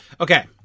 Okay